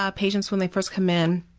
ah patients when they first come in,